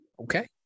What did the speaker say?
Okay